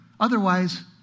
Otherwise